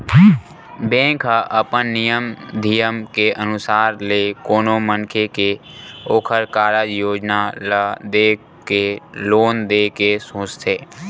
bank ह अपन नियम धियम के अनुसार ले कोनो मनखे के ओखर कारज योजना ल देख के लोन देय के सोचथे